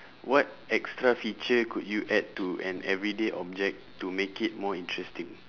what extra feature could you add to an everyday object to make it more interesting